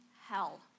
hell